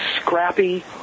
scrappy